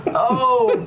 oh,